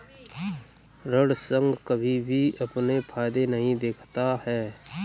ऋण संघ कभी भी अपने फायदे नहीं देखता है